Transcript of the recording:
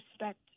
respect